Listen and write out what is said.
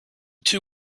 two